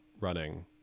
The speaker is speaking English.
running